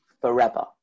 forever